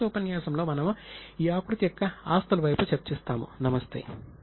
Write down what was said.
తరువాతి ఉపన్యాసంలో మనము ఈ ఆకృతి యొక్క ఆస్తుల వైపు చర్చిస్తాము నమస్తే